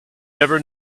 never